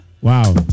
Wow